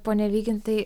pone vykintai